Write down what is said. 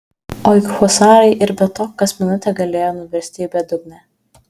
o juk husarai ir be to kas minutė galėjo nuvirsti į bedugnę